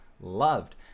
loved